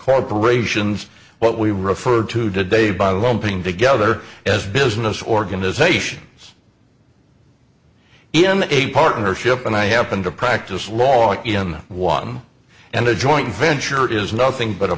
corporations what we refer to today by lumping together as business organizations in a partnership and i happen to practice law in one and a joint venture is nothing but a